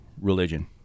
religion